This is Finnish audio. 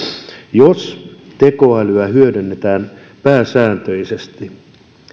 jos tekoälyä hyödynnetään pääsääntöisesti